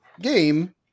game